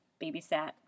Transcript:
babysat